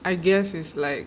I guess is like